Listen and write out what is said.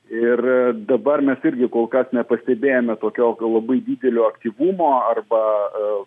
ir dabar mes irgi kol kas nepastebėjome tokio gal labai didelio aktyvumo arba